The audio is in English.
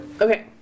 Okay